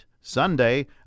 Sunday